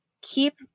keep